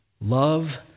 Love